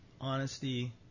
honesty